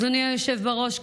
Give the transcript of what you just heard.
אדוני היושב-ראש,